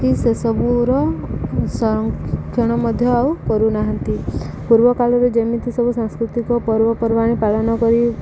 କି ସେସବୁର ସଂରକ୍ଷଣ ମଧ୍ୟ ଆଉ କରୁନାହାନ୍ତି ପୂର୍ବକାଳରେ ଯେମିତି ସବୁ ସାଂସ୍କୃତିକ ପର୍ବପର୍ବାଣି ପାଳନ କରି